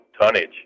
tonnage